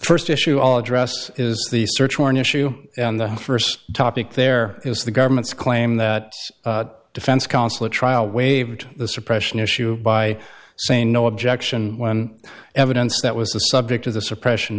first issue all address is the search warrant issue on the first topic there is the government's claim that defense counsel a trial waived the suppression issue by saying no objection when evidence that was the subject of the suppression